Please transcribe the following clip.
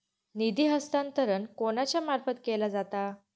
निधी हस्तांतरण कोणाच्या मार्फत केला जाता?